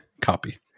copy